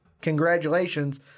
congratulations